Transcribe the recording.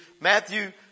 Matthew